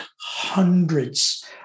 hundreds